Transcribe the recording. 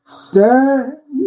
stay